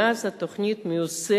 ומאז התוכנית מיושמת